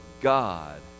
god